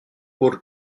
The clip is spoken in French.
pour